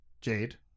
Jade